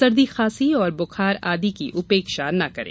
सर्दी खाँसी और बुखार आदि की उपेक्षा न करें